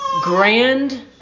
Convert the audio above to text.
grand